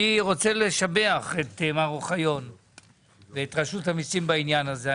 אני רוצה לשבח את מר אוחיון ואת רשות המיסים בעניין הזה.